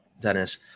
dennis